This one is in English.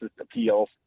appeals